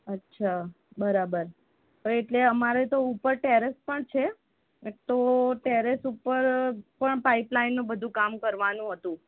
અચ્છા બરાબર એટલે અમારે તો ઉપર ટેરેસ પણ છે તો ટેરેસ ઉપર પણ પાઈપલાઈનનું બધું કામ કરવાનું હતું